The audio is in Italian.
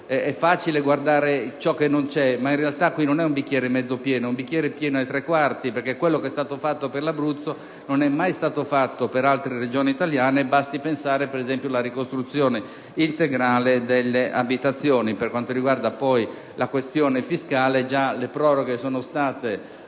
è facile guardare ciò che non c'è, ma in realtà qui non si tratta di un bicchiere mezzo pieno, bensì di un bicchiere pieno a tre quarti, perché quello che è stato fatto per l'Abruzzo non è mai stato fatto per altre Regioni italiane: basti pensare alla ricostruzione integrale delle abitazioni. Per quanto attiene inoltre alla questione fiscale, le proroghe sono state